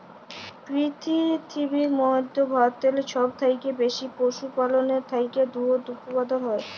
পিরথিবীর মইধ্যে ভারতেল্লে ছব থ্যাইকে বেশি পশুপাললের থ্যাইকে দুহুদ উৎপাদল হ্যয়